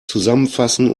zusammenfassen